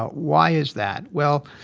but why is that? well,